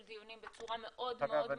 דיונים בצורה מאוד מאוד מעמיקה --- אגב,